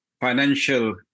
financial